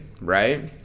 right